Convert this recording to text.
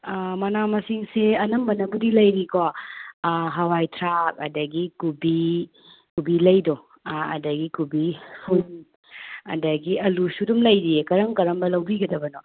ꯃꯅꯥ ꯃꯁꯤꯡꯁꯦ ꯑꯅꯝꯕꯅꯕꯨꯗꯤ ꯂꯩꯔꯤꯀꯣ ꯍꯋꯥꯏ ꯊ꯭ꯔꯥꯛ ꯑꯗꯒꯤ ꯀꯣꯕꯤ ꯀꯣꯕꯤ ꯂꯩꯗꯣ ꯑꯗꯒꯤ ꯀꯣꯕꯤ ꯐꯨꯟ ꯑꯗꯒꯤ ꯑꯜꯂꯨꯁꯨꯗꯨꯝ ꯂꯩꯔꯤꯌꯦ ꯀꯔꯝ ꯀꯔꯝꯕ ꯂꯧꯕꯤꯒꯗꯕꯅꯣ